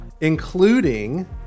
including